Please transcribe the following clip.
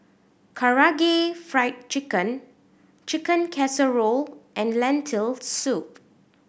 Karaage Fried Chicken Chicken Casserole and Lentil Soup